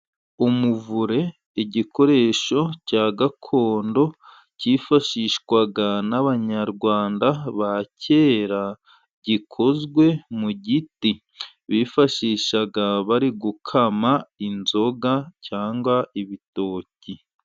Umuvure igikoresho cya gakondo cyifashishwaga n'abanyarwanda ba kera, gikozwe mu giti bifashishaga bari gukama inzoga cyangwa ibitoki.